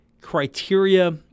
criteria